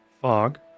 fog